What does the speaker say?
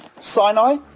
Sinai